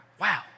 Wow